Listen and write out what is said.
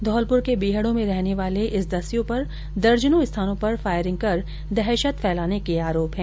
धौलपुर के बीहड़ों में रहने वाले इस दस्यू पर दर्जनों स्थानों पर फायरिंग कर दहशत फैलाने के आरोप हैं